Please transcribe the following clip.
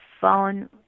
phone